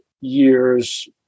years